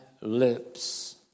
lips